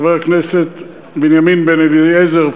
חבר הכנסת בנימין בן-אליעזר,